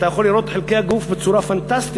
אתה יכול לראות את חלקי הגוף בצורה פנטסטית,